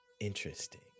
Interesting